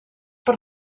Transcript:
per